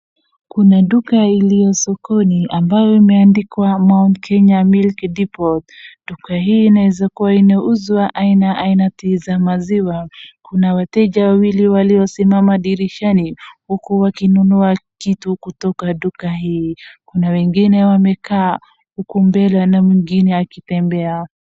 Kuna duka iliyo sokoni ambayo imeandikwa Mount Kenya Milk Depot, duka hii inaweza kuwa inauza aina ainati za maziwa. Kuna wateja wawili waliosimama dirishani huku wakinunua kitu kutoka duka hii, kuna wengine wamekaa huku mbele na mwingine akitembea.